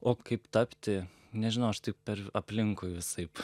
o kaip tapti nežinau aš tai per aplinkui visaip